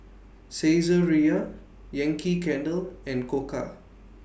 Saizeriya Yankee Candle and Koka